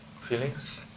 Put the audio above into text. feelings